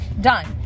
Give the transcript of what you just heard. done